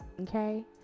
Okay